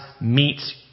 meets